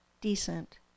decent